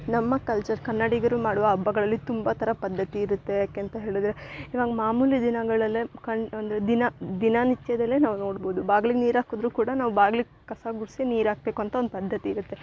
ನಮ್ಮ ಕಲ್ಚರ್ ಕನ್ನಡಿಗರು ಮಾಡುವ ಹಬ್ಬಗಳಲ್ಲಿ ತುಂಬ ಥರ ಪದ್ದತಿ ಇರುತ್ತೆ ಯಾಕಂತ ಹೇಳಿದ್ರೆ ನಂಗೆ ಮಾಮೂಲಿ ದಿನಗಳಲ್ಲೆ ಕಂಡು ಒಂದು ದಿನ ದಿನನಿತ್ಯದಲ್ಲೆ ನಾವು ನೋಡ್ಬೌದು ಬಾಗ್ಲಿಗೆ ನೀರು ಹಾಕಿದ್ರು ಕೂಡ ನಾವು ಬಾಗ್ಲಿಗೆ ಕಸ ಗುಡಿಸಿ ನೀರು ಹಾಕ್ಬೇಕು ಅಂತ ಒಂದು ಪದ್ಧತಿ ಇರುತ್ತೆ